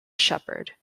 shepard